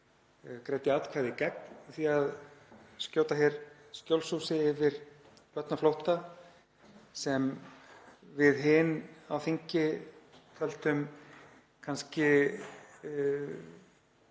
greiddi atkvæði gegn því að skjóta skjólshúsi yfir börn á flótta, sem við hin á þingi töldum kannski